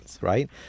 right